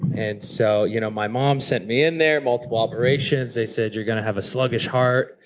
and so you know my mom sent me in there, multiple operations, they said, you're going to have a sluggish heart,